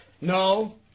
No